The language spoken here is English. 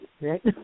right